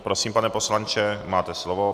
Prosím, pane poslanče, máte slovo.